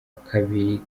kabiri